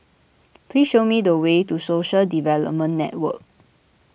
please show me the way to Social Development Network